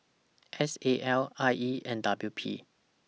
S A L I E and W P